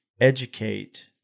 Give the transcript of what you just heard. educate